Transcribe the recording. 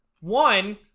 One